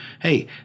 hey